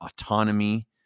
autonomy